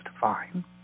fine